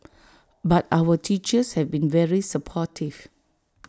but our teachers have been very supportive